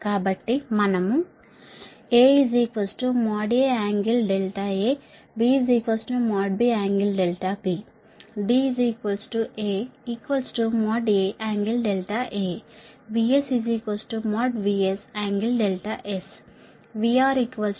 కాబట్టి మనము AAㄥABBㄥB DAAㄥA VSVSㄥS VRVRㄥ0 అని అనుకుందాము